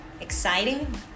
Exciting